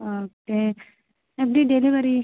okay எப்படி delivery